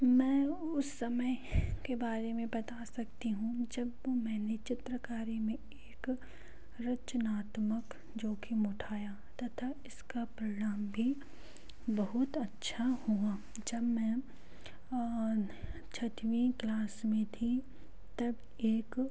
मैं उस समय के बारे में बता सकती हूँ जब बो मैंने चित्रकारी में एक रचनात्मक जोखिम उठाया तथा इसका परिणाम भी बहुत अच्छा हुआ जब मैं छठवीं क्लास में थी तब एक